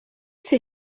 ces